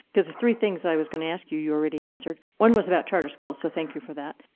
because the three things i was going to ask you you already answered. one was about charter schools, so thank you for that.